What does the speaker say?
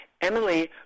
Emily